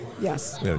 Yes